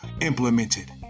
implemented